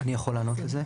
אני יכול לענות לזה,